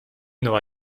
nueva